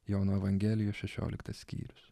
jono evangelijos šešioliktas skyrius